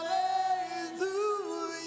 Hallelujah